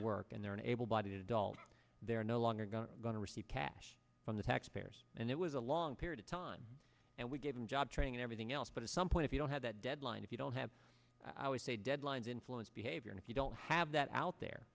work and they're an able bodied adult they're no longer going to going to receive cash from the taxpayers and it was a long period of time and we didn't job training and everything else but at some point if you don't have that deadline if you don't have i always say deadlines influence behavior and if you don't have that out there